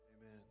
amen